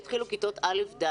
יתחילו ללמוד כיתות א'-ד'.